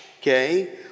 okay